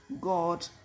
God